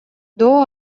доо